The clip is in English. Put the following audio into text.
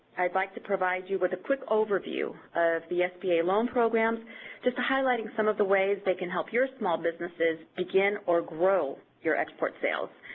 i'd like to provide you with a quick overview of the sba loan programs just highlighting some of the ways they can help your small businesses begin or grow your export sales.